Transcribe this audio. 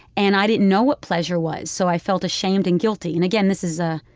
and i didn't know what pleasure was, so i felt ashamed and guilty. and, again, this is ah